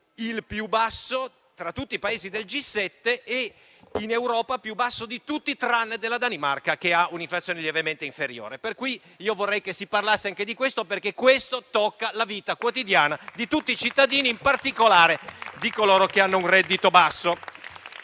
il più basso tasso tra tutti i Paesi del G7 e in Europa è il più basso di tutti tranne di quello della Danimarca, che ha un'inflazione lievemente inferiore. Vorrei pertanto che si parlasse anche di questo, che tocca la vita quotidiana di tutti i cittadini, in particolare di coloro che hanno un reddito basso.